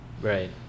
right